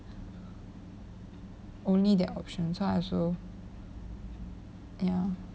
only that option so I also ya